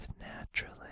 naturally